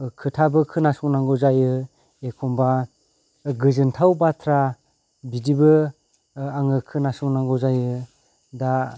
खोथाबो खोनासंनांगौ जायो एखनबा गोजोनथाव बाथ्रा बिदिबो आङो खोनासंनांगौ जायो दा